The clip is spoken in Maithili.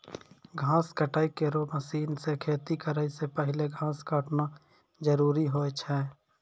घास काटै केरो मसीन सें खेती करै सें पहिने घास काटना जरूरी होय छै?